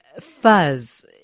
Fuzz